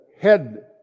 head